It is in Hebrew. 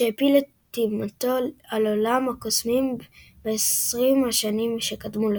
שהפיל את אימתו על עולם הקוסמים בעשרים השנים שקדמו לכך.